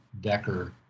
Decker